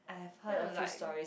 then I like